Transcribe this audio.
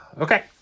Okay